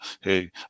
hey